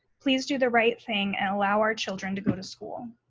please do the right thing and allow our children to go to school.